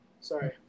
Sorry